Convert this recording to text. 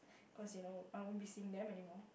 cause you know I won't be seeing them anymore